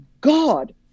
God